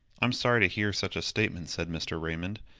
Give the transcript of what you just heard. i'm sorry to hear such a statement, said mr. raymond.